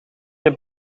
heb